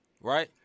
right